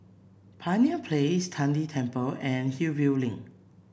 Pioneer Place Tian De Temple and Hillview Link